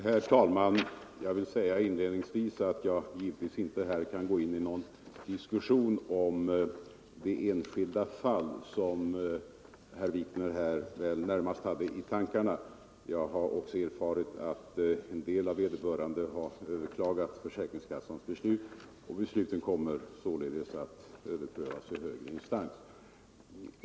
Herr talman! Jag vill säga inledningsvis att jag givetvis inte här kan gå in i någon diskussion om de enskilda fall som herr Wikner väl närmast hade i tankarna. Jag har också erfarit att några av dem har överklagat försäkringskassans beslut. Besluten kommer således att överprövas i högre instans.